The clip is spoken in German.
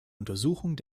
untersuchung